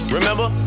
Remember